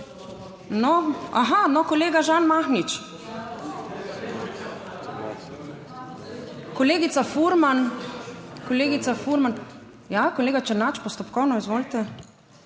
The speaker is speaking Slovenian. No. Aha, no, kolega Žan Mahnič. Kolegica Furman. Kolegica Furman... Ja, kolega Černač, postopkovno, izvolite,